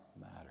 matter